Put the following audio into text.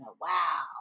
Wow